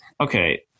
okay